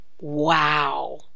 Wow